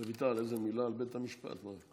רויטל, איזו מילה על בית המשפט, מה?